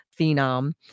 phenom